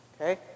Okay